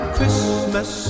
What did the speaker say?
Christmas